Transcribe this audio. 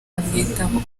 amwitaho